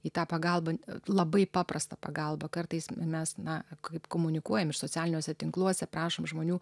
į tą pagalbą labai paprastą pagalbą kartais mes na kaip komunikuojam ir socialiniuose tinkluose prašom žmonių